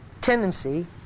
tendency